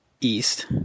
east